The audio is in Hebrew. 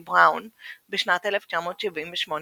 לואיזה ג'וי בראון,